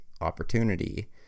opportunity